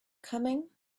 coming